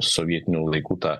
sovietinių laikų tą